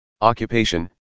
Occupation